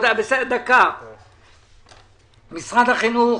משרד החינוך,